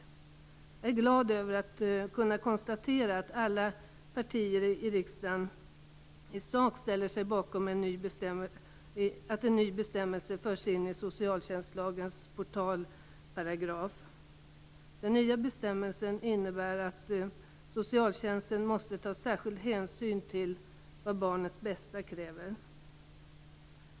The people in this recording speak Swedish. Jag är glad över att kunna konstatera att alla partier i riksdagen i sak ställer sig bakom att en ny bestämmelse förs in i socialtjänstlagens portalparagraf. Den nya bestämmelsen innebär att socialtjänsten måste ta särskild hänsyn till vad barnets bästa kräver.